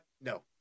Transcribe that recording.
no